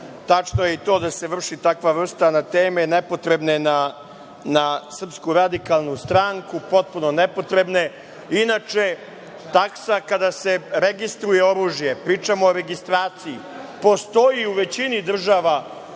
Tačno je i to da se vrši takva vrsta na teme nepotrebne na SRS, potpuno nepotrebne. Inače, taksa kada se registruje oružje, pričamo o registraciji, postoji u većini država članica,